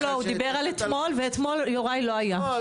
לא, לא, הוא דיבר על אתמול, ויוראי לא היה אתמול.